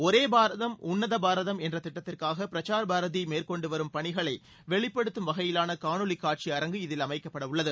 ஒரே பாரதம் உன்னத பாரதம் என்ற திட்டத்திற்காக பிரசார் பாரதி மேற்கொண்டு வரும் பணிகளை வெளிப்படுத்தம் வகையிலான காணொலி காட்சி அரங்கு இதில் அமைக்கப்படவுள்ளது